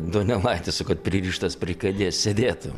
donelaitis o kad pririštas prie kėdės sėdėtų